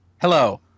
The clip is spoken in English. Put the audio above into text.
Hello